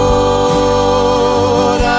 Lord